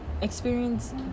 experience